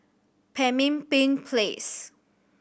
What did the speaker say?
Pemimpin Place